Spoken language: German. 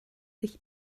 sich